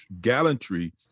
gallantry